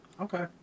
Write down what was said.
Okay